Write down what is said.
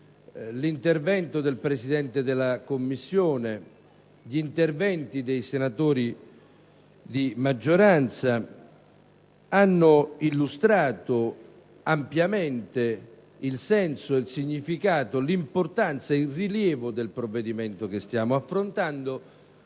relatori, del Presidente della Commissione e dei senatori di maggioranza hanno illustrato ampiamente il senso, il significato, l'importanza e il rilievo del disegno di legge che stiamo affrontando,